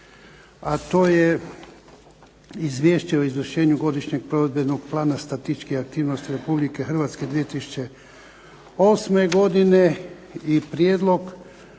a to je –- Izvješće o izvršenju godišnjega provedbenog plana statističkih aktivnosti Republike Hrvatske 2008. godine - Prijedlog